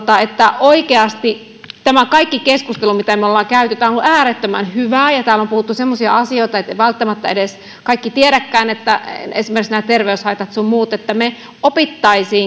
oikeasti tämä kaikki keskustelu mitä me olemme käyneet on ollut äärettömän hyvää ja täällä on puhuttu semmoisia asioita joista välttämättä kaikki eivät edes tiedäkään esimerkiksi nämä terveyshaitat sun muut että me oppisimme